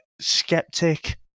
skeptic